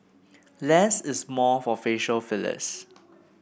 less is more for facial fillers